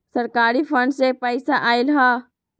सरकारी फंड से पईसा आयल ह?